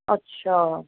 ਅੱਛਾ